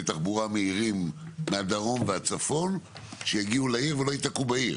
תחבורה מהירים מהדרום והצפון שיגיעו לעיר ולא ייתקנו בעיר.